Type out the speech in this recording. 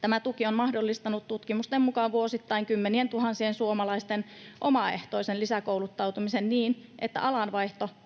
Tämä tuki on mahdollistanut tutkimusten mukaan vuosittain kymmenientuhansien suomalaisten omaehtoisen lisäkouluttautumisen niin, että alan vaihto